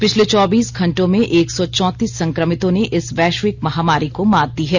पिछले चैबीस घंटो में एक सौ चौतीस संक्रमितों ने इस वैश्विक महामारी को मात दी है